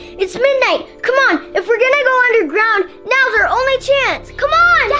it's midnight. come on. if we're gonna go underground, now is our only chance! come on! yeah,